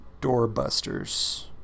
doorbusters